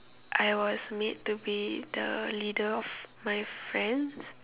I was made to be the leader of my friends